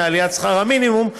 מעליית שכר המינימום,